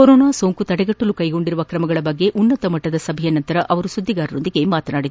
corona ಸೋಂಕು ತಡೆಗಟ್ಟಲು ಕೈಗೊಂಡಿರುವ ಕ್ರಮಗಳ ಕುರಿತು ಉನ್ನತ ಮಟ್ಟದ ಸಭೆಯ ನಂತರ ಅವರು ಸುಧ್ಧಿಗಾರರಿಗೆ ಈ ಮಾಹಿತಿ ನೀಡಿದರು